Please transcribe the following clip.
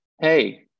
hey